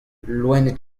loened